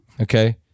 Okay